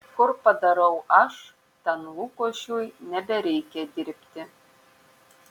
kur padarau aš ten lukošiui nebereikia dirbti